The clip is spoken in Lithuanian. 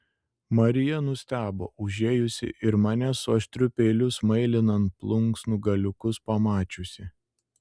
marija nustebo užėjusi ir mane su aštriu peiliu smailinant plunksnų galiukus pamačiusi